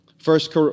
First